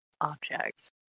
objects